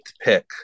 pick